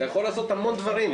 אתה יכול לעשות המון דברים.